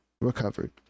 recovered